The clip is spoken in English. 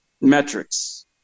metrics